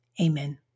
amen